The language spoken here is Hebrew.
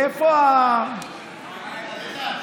"אעירה שחר".